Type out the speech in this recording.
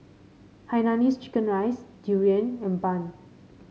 Hainanese Chicken Rice durian and bun